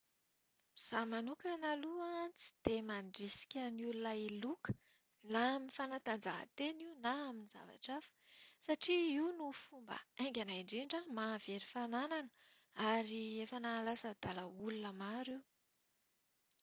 Izaho manokana aloha an tsy dia mandrisika ny olona hiloka, na amin'ny fanatanjahantena io na amin'ny zavatra hafa, satria io no fomba haingana indrindra mahavery fananana ary efa nahalasa adala olona maro io.